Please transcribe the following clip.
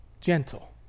gentle